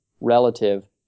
relative